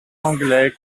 anglais